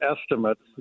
estimates